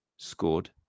scored